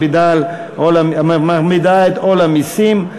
מכבידה את עול המסים,